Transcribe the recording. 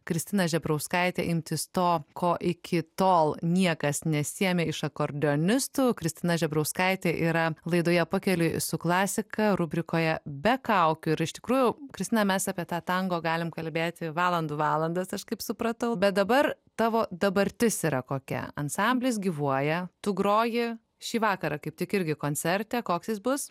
kristiną žebrauskaitę imtis to ko iki tol niekas nesiėmė iš akordeonistų kristina žebrauskaitė yra laidoje pakeliui su klasika rubrikoje be kaukių ir iš tikrųjų kristina mes apie tą tango galim kalbėti valandų valandas aš kaip supratau bet dabar tavo dabartis yra kokia ansamblis gyvuoja tu groji šį vakarą kaip tik irgi koncerte koks jis bus